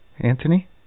Anthony